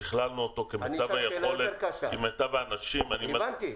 שכללנו אותו כמיטב היכולת עם מיטב האנשים -- הבנתי.